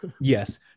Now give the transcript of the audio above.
Yes